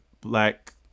black